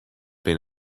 been